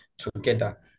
together